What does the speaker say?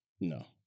No